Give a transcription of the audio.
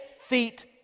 feet